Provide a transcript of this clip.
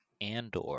Andor